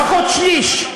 לפחות שליש.